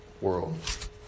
world